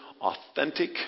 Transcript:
authentic